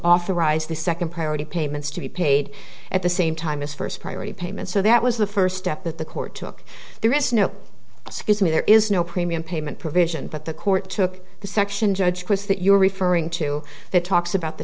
authorize the second priority payments to be paid at the same time as first priority payments so that was the first step that the court took there is no excuse me there is no premium payment provision but the court took the section judge chris that you're referring to that talks about the